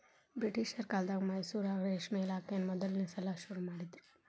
ಬ್ರಿಟಿಷರ ಕಾಲ್ದಗ ಮೈಸೂರಾಗ ರೇಷ್ಮೆ ಇಲಾಖೆನಾ ಮೊದಲ್ನೇ ಸಲಾ ಶುರು ಮಾಡಿದ್ರು